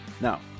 Now